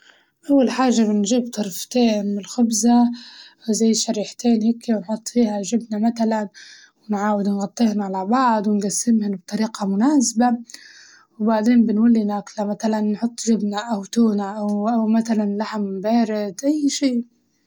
أول حاجة بنجيب ضرفتين من خبزة زي شريحتين هيك ونحط فيها جبنة متلاً نعاود نغطيها مع بعض ونقسمهن بطريقة مناسبة، وبعدين بنولي ناكله متلاً نحط جبنة أو تونة أو أو متلاً لحم بارد أي شي.